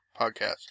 podcast